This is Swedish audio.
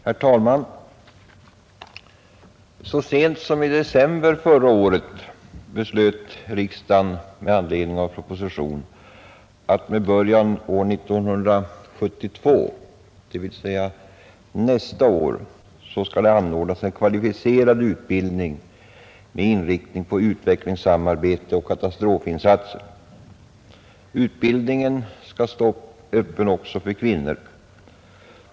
Herr talman! Så sent som i december förra året beslöt riksdagen med anledning av en proposition att det med början år 1972, dvs. nästa år, skall anordnas kvalificerad utbildning med inriktning på utvecklingssamarbete och katastrofinsatser. Utbildningen skall stå öppen också för kvinnor.